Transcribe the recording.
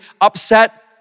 upset